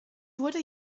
wurde